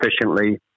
efficiently